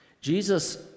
Jesus